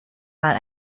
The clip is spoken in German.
mal